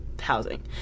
housing